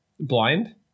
blind